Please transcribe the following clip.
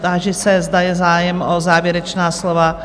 Táži se, zda je zájem o závěrečná slova?